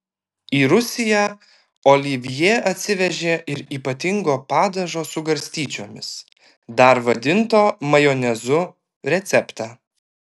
į rusiją olivjė atsivežė ir ypatingo padažo su garstyčiomis dar vadinto majonezu receptą